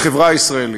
בחברה הישראלית.